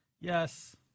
Yes